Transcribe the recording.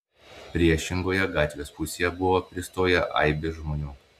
priešingoje gatvės pusėje buvo pristoję aibės žmonių